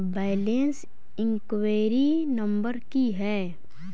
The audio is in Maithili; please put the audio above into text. बैलेंस इंक्वायरी नंबर की है?